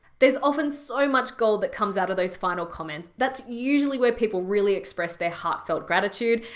there's often so much gold that comes out of those final comments, that's usually where people really express their heart-felt gratitude.